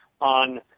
on